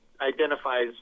identifies